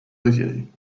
tõsiasi